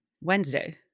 Wednesday